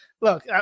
look